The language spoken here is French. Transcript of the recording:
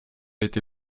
été